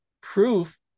proof